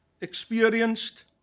experienced